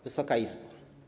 Wysoka Izbo!